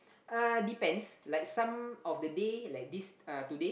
uh depends like some of the day like this today